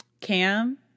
Cam